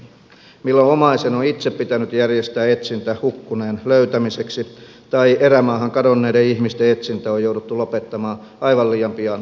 milloin omaisen on itse pitänyt järjestää etsintä hukkuneen löytämiseksi tai erämaahan kadonneiden ihmisten etsintä on jouduttu lopettamaan aivan liian pian resurssipulasta johtuen